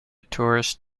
tourist